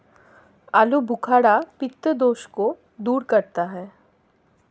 आलूबुखारा पित्त दोष को दूर करता है